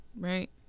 right